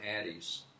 Addie's